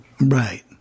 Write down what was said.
Right